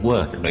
Work